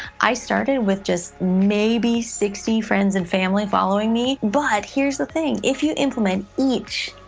i started with just maybe sixty friends and family following me, but here's the thing, if you implement each,